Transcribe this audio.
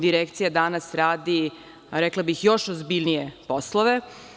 Direkcija danas radi, rekla bih, još ozbiljnije poslove.